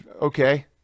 Okay